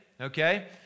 okay